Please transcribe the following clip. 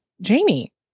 Jamie